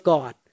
God